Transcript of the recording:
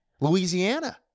Louisiana